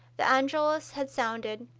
the angelus had sounded,